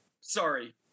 sorry